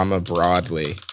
broadly